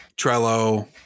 Trello